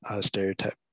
stereotype